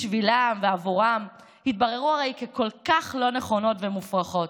בשבילם ועבורם, התבררו ככל כך לא נכונות ומופרכות.